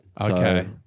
Okay